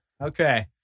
Okay